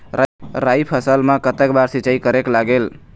राई फसल मा कतक बार सिचाई करेक लागेल?